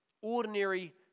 ordinary